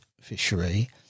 fishery